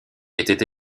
étaient